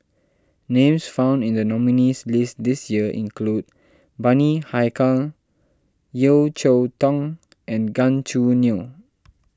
names found in the nominees' list this year include Bani Haykal Yeo Cheow Tong and Gan Choo Neo